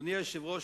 אדוני היושב-ראש,